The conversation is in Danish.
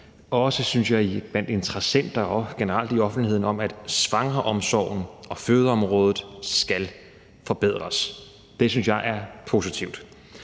og også blandt interessenter og generelt i offentligheden synes jeg, er bred enighed om, at svangreomsorgen og fødeområdet skal forbedres. Det synes jeg er positivt.